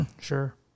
Sure